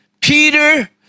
Peter